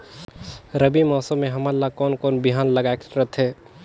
रबी मौसम मे हमन ला कोन कोन बिहान लगायेक रथे?